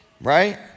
Right